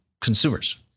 consumers